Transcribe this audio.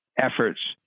efforts